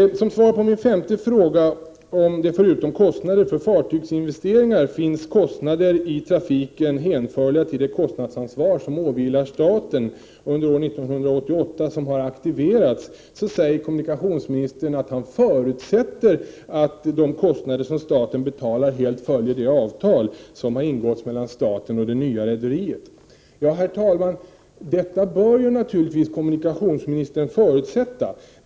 olyckligt. Som svar på min femte fråga om det förutom kostnader för fartygsinvesteringar finns kostnader i trafiken som är hänförliga till det kostnadsansvar som åvilar staten under 1988 och som har aktiverats, säger kommunikationsministern att han ”förutsätter” att de kostnader som staten betalar helt följer det avtal som har ingåtts mellan staten och det nya rederiet. Herr talman! Detta bör naturligtvis kommunikationsministern förutsätta.